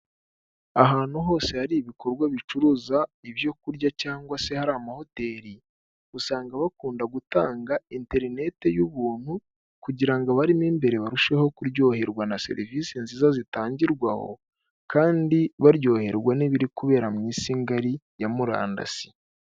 Ahantu hose hari ibikorwa bicuruza ibyo kurya cyangwa se hari amahoteri, usanga bakunda gutanga interineti y'ubuntu, kugira ngo abarimo imbere barusheho kuryoherwa na serivisi nziza zitangirwaho kandi baryoherwa n'ibiri kubera mu isi ngari ya murandasi.